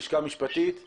הלשכה המשפטית,